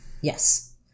Yes